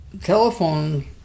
telephone